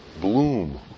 bloom